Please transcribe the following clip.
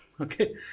okay